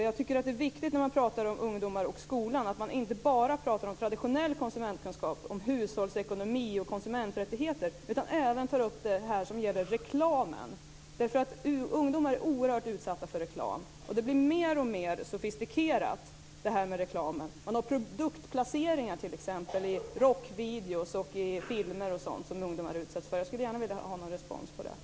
När det gäller ungdomar och skolan är det viktigt, tycker jag, att man inte bara pratar om traditionell konsumentkunskap som hushållsekonomi och konsumenträttigheter utan även tar upp reklamen. Ungdomar är oerhört utsatta för reklam, och reklamen blir mer och mer sofistikerad. Man har t.ex. produktplaceringar i rockvideor, filmer m.m. som ungdomar utsätts för. Jag skulle gärna vilja ha någon respons på det.